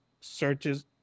searches